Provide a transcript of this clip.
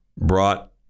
brought